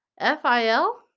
F-I-L